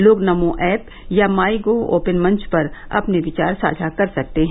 लोग नमो ऐप या my Gov open मंच पर अपने विचार साझा कर सकते हैं